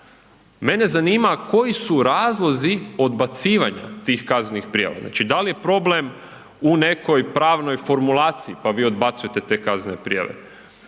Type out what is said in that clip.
Mene zanima koji su razlozi odbacivanja tih kaznenih prijava, znači dal je problem u nekoj pravoj formulaciji, pa vi odbacujete te kaznene prijave,